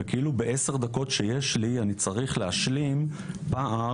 בעשר דקות שיש לי איתם אני צריך להשלים פער,